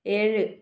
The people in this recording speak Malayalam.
ഏഴ്